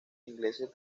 ingleses